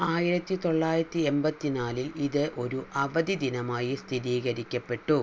ആയിരത്തി തൊള്ളായിരത്തി എൺപത്തി നാലിൽ ഇത് ഒരു അവധി ദിനമായി സ്ഥിതീകരിക്കപ്പെട്ടു